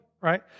right